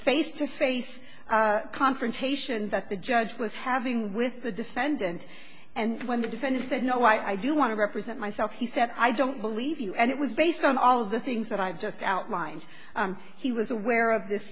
face to face confrontation that the judge was having with the defendant and when the defendant said no i do want to represent myself he said i don't believe you and it was based on all of the things that i just outlined he was aware of this